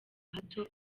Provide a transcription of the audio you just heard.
hato